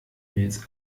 mails